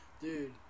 dude